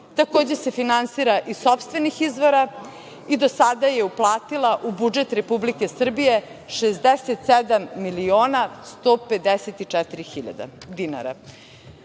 takođe se finansira iz sopstvenih izvora i do sada je uplatila u budžet Republike Srbije 67.154.000 dinara. Dok